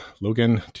Logan